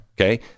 okay